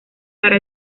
para